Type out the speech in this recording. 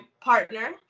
partner